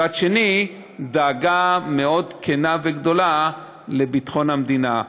מצד אחר, דאגה כנה מאוד וגדולה לביטחון המדינה.